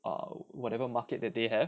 uh whatever market that they have